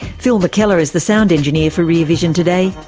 phil mckellar is the sound engineer for rear vision today.